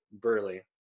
burley